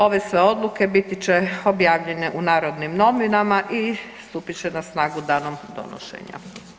Ove sve odluke biti će objavljene u Narodnim novinama i stupit će na snagu danom donošenja.